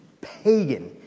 Pagan